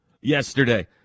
yesterday